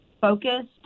focused